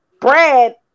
Brad